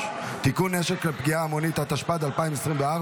נשק לפגיעה המונית), התשפ"ד 2024,